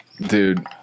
Dude